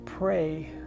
pray